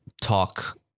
talk